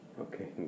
Okay